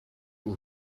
will